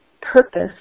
purpose